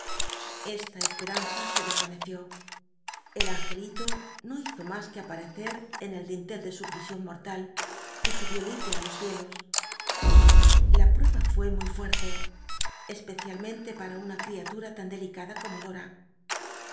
esta c pcl'anza se dcsaneció el angelito no hizo mas que aparecer en el dintel de su lll'ision morl i y suhió libre ü los ciclo r a prueba fué muy fuerte especialmente para una c iatura tan delicada como dora